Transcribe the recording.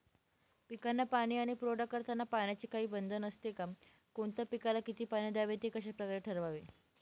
पिकांना पाणी पुरवठा करताना पाण्याचे काही बंधन असते का? कोणत्या पिकाला किती पाणी द्यावे ते कशाप्रकारे ठरवावे?